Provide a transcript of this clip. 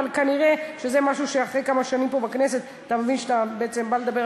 אבל כנראה זה משהו שאחרי כמה שנים פה בכנסת אתה מבין שאתה בעצם בא לדבר,